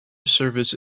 service